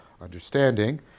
understanding